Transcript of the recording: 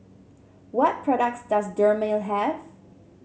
what products does Dermale have